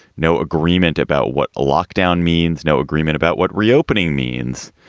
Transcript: no agreement about what a lockdown means. no agreement about what reopening means.